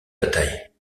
bataille